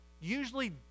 usually